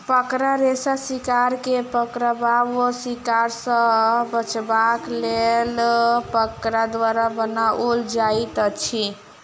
मकड़ा रेशा शिकार के पकड़बा वा शिकार सॅ बचबाक लेल मकड़ा द्वारा बनाओल जाइत अछि